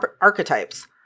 archetypes